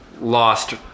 lost